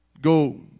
go